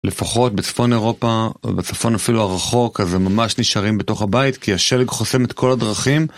לפחות בצפון אירופה, או בצפון אפילו הרחוק, אז הם ממש נשארים בתוך הבית, כי השלג חושם את כל הדרכים.